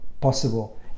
possible